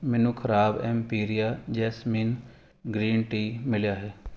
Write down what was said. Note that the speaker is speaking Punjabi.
ਮੈਨੂੰ ਖ਼ਰਾਬ ਐਮਪੀਰੀਆ ਜੈਸਮੀਨ ਗ੍ਰੀਨ ਟੀ ਮਿਲਿਆ ਹੈ